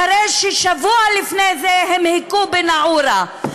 אחרי ששבוע לפני זה הם הכו בנאעורה.